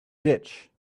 ditch